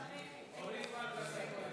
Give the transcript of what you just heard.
הכנסת)